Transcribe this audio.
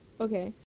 Okay